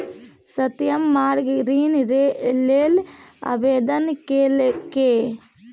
सत्यम माँग ऋण लेल आवेदन केलकै